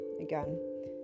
again